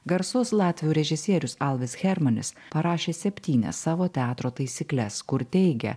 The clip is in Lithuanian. garsus latvių režisierius alvis hermanis parašė septynias savo teatro taisykles kur teigia